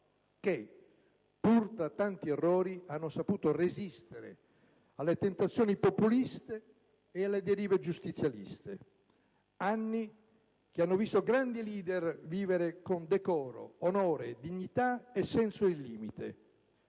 che, pur tra tanti errori, hanno saputo resistere alle tentazioni populiste e alle derive giustizialiste. Anni che hanno visto grandi *leader* vivere con decoro, onore, dignità e senso del limite.